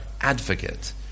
advocate